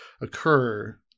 occur